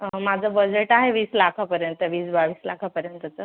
माझं बजेट आहे वीस लाखापर्यंत वीस बावीस लाखापर्यंतचं